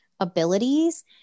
Abilities